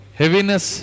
heaviness